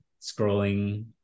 scrolling